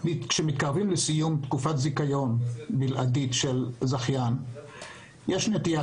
מראה שכשמתקרבים לסיום תקופת זיכיון בלעדית של זכיין יש נטייה